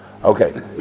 Okay